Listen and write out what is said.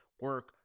Work